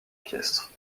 pièces